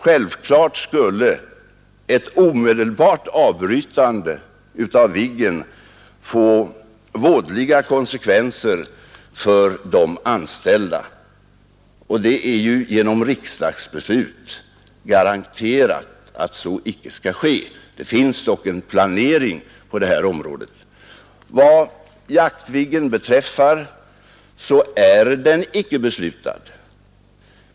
Självklart projektet skulle ett omedelbart avbrytande av Viggen få vådliga konsekvenser för de anställda, och det är ju genom riksdagsbeslut garanterat att så icke skall ske; det finns dock en planering på det här området. Vad Jaktviggen beträffar, så är den icke beslutad.